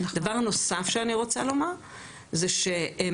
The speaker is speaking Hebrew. הדבר הנוסף שאני רוצה לומר הוא שמעבר